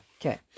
Okay